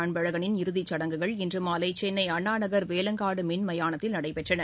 அன்பழகளின் இறதிச்சடங்குகள் இன்றுமாலைசென்னைஅண்ணாநகர் வேலங்காடுமின்மயானத்தில் நடைபெற்றது